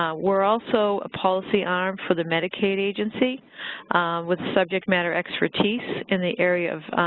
um we're also a policy arm for the medicaid agency with subject matter expertise in the area of